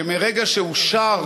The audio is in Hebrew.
שמרגע שאושר